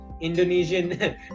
Indonesian